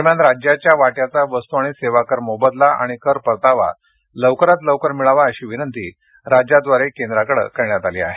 दरम्यान राज्याच्या वाट्याचा वस्तू आणि सेवा कर मोबदला आणि कर परतावा लवकरात लवकर मिळावा अशी विनंती राज्याद्वारे केंद्राकडे करण्यात आली आहे